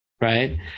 right